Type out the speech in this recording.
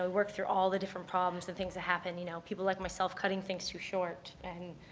ah worked through all the different problems and things that happened. you know, people like myself cutting things too short and,